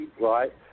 right